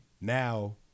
now